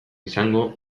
izango